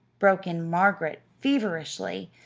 broke in margaret feverishly,